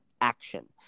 action